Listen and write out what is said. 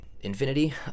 infinity